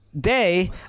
day